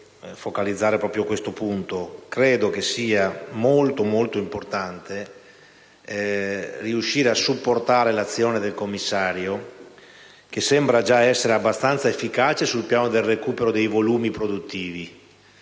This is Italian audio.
credo che sia davvero molto importante riuscire a supportare l'azione del commissario, che sembra già essere abbastanza efficace sul piano del recupero dei volumi produttivi.